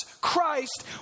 Christ